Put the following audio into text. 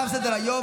תם סדר-היום.